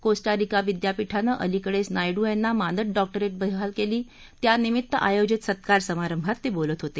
Costa Rica विद्यापीठानं अलिकडेच नायडू यांना मानद डॉक्टरेट बहाल केली त्यानिमित्त आयोजित सत्कार समारंभात ते बोलत होते